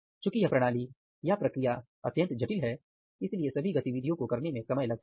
चुकी यह प्रक्रिया या प्रणाली बहुत जटिल है इसलिए सभी गतिविधियों को करने में समय लगता है